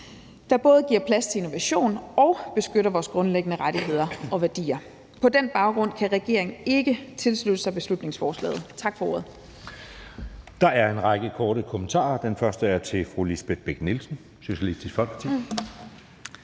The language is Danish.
der både giver plads til innovation og beskytter vores grundlæggende rettigheder og værdier. På den baggrund kan regeringen ikke tilslutte sig beslutningsforslaget. Tak for ordet.